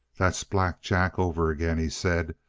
that's black jack over again, he said.